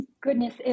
goodness